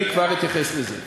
אני כבר אתייחס לזה.